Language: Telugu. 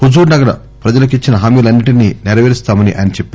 హుజుర్ నగర్ ప్రజలకిచ్చిన హామీలన్ని టినీ నెరవేరుస్తామని ఆయన చెప్పారు